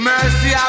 mercy